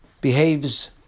behaves